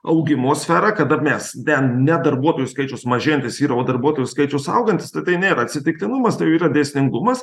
augimo sferą kada mes ten ne darbuotojų skaičius mažėjantis yra o darbuotojų skaičius augantis tatai nėra atsitiktinumas tai jau yra dėsningumas